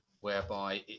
whereby